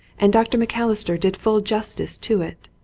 and dr. macalister did full justice to it.